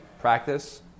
practice